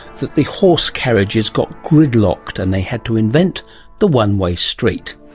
that the horse carriages got gridlocked and they had to invent the one-way street.